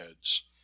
heads